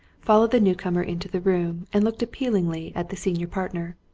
followed the new-comer into the room and looked appealingly at the senior partner.